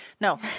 no